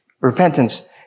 repentance